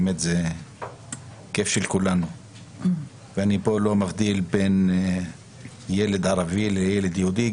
באמת זה כאב של כולנו ואני פה לא מבדיל בין ילד ערבי לילד יהודי.